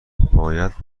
باید